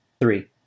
three